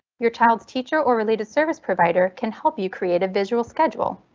your child's teacher or related service provider can help you create a visual schedule.